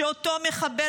שאותו מחבל,